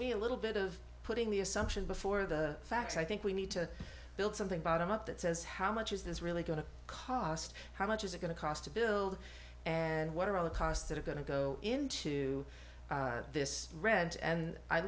me a little bit of putting the assumption before the fact i think we need to build something bottom up that says how much is this really going to cost how much is it going to cost to build and what are all the costs that are going to go into this thread and i